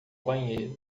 banheira